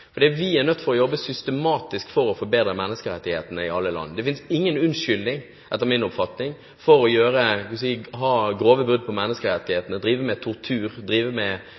Vi er nødt til å jobbe systematisk for å forbedre menneskerettighetene i alle land. Det finnes etter min oppfatning ingen unnskyldning for grove brudd på menneskerettighetene – å drive med tortur